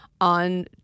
on